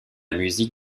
musique